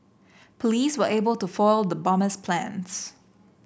police were able to foil the bomber's plans